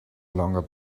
longer